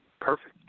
perfect